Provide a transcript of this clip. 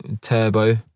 turbo